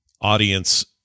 audience